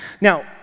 Now